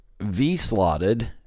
V-slotted